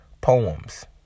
poems